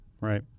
Right